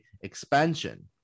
expansion